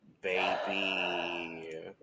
baby